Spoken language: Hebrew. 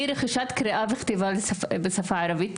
רכישת הקריאה והכתיבה בשפה הערבית,